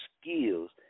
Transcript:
skills